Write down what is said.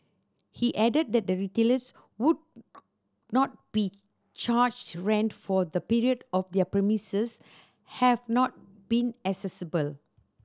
he added that retailers would not be charged rent for the period their premises have not been accessible